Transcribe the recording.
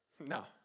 no